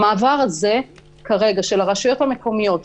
המעבר כזה כרגע של הרשויות המקומיות,